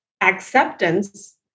acceptance